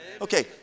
Okay